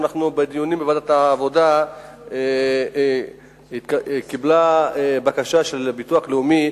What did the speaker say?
בדיונים בוועדת העבודה התקבלה בקשה של הביטוח הלאומי.